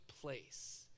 place